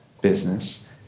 business